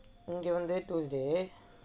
and இங்கே வந்து:ingae vanthu tuesday